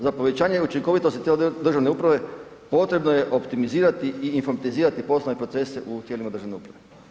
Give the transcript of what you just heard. Za povećanje učinkovitosti tijela državne uprave potrebno je optimizirati i informatizirati poslovne procese u tijelima državne uprave.